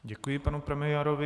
Děkuji panu premiérovi.